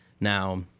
Now